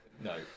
no